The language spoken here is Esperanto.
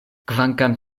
kvankam